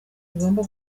igomba